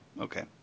okay